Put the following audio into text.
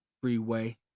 Freeway